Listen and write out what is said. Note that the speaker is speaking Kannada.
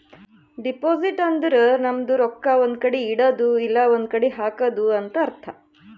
ಡೆಪೋಸಿಟ್ ಅಂದುರ್ ನಮ್ದು ರೊಕ್ಕಾ ಒಂದ್ ಕಡಿ ಇಡದ್ದು ಇಲ್ಲಾ ಒಂದ್ ಕಡಿ ಹಾಕದು ಅಂತ್ ಅರ್ಥ